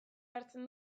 hartzen